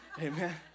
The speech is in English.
Amen